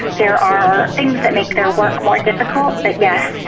there are things that make their work more difficult. but yes,